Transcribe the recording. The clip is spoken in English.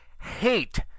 hate